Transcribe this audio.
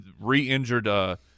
re-injured